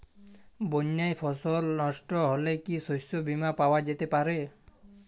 বন্যায় ফসল নস্ট হলে কি শস্য বীমা পাওয়া যেতে পারে?